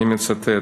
אני מצטט: